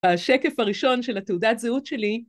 השקף הראשון של תעודת הזהות שלי